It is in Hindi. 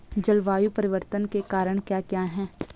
जलवायु परिवर्तन के कारण क्या क्या हैं?